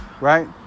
right